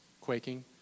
quaking